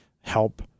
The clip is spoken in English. help